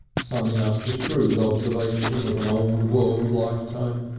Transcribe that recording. summing up the shrewd observation of an old-world life time.